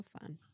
fun